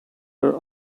are